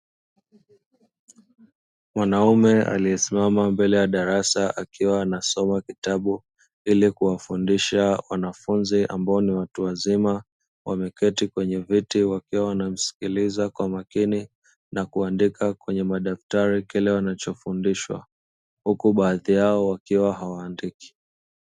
Mwanaume aliyesimama mbele ya darasa akiwa nasoma kitabu ili kuwafundisha wanafunzi ambao ni watu wazima, wameketi kwenye viti wakiwa wanamsikiliza kwa makini na kuandika kwenye madaftari kile wanachofundishwa huku baadhi yao wakiwa hawaandiki.